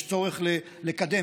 יש צורך לקדם.